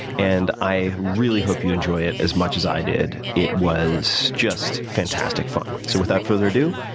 and i really hope you enjoy it as much as i did. it was just fantastic fun. so without further ado,